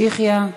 יחיא,